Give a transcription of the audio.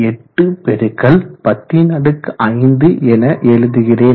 8 பெருக்கல் 105 என எழுதுகிறேன்